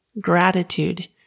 gratitude